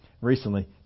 recently